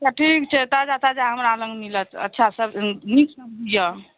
अच्छा ठीक छै ताजा ताजा हमरा लग मिलत अच्छा सब्जी नीक सब्जी यऽ